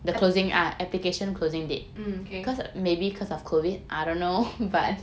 mm okay